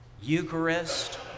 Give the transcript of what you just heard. Eucharist